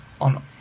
on